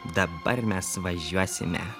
dabar mes važiuosime